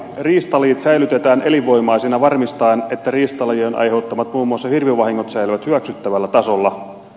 riistalajit säilytetään elinvoimaisina varmistaen että riistalajien aiheuttamat muun muassa hirvivahingot säilyvät hyväksyttävällä tasolla